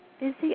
Busy